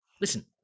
listen